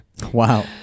Wow